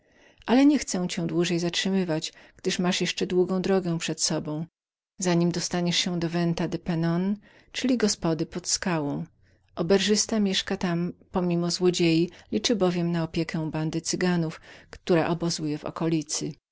ale niechcę cię dłużej zatrzymywać gdyż masz jeszcze długą drogę przed sobą zanim dostaniesz się do venta del pegnon czyli gospody pod skałą oberżysta mieszka tam pomimo złodziejów liczy bowiem na opiekę bandy cyganów która obozuje w okolicy